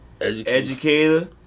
Educator